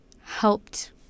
helped